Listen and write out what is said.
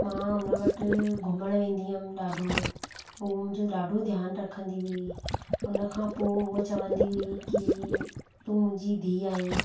मां उन वटि घुमणु वेंदी हुयमि ॾाढो हूअ मुंहिंजो ॾाढो ध्यानु रखंदी हुई हुनखां पोइ हूअ चवंदी हुई की तूं मुंहिंजी धीउ आहीं